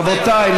רבותיי,